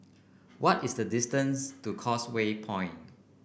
what is the distance to Causeway Point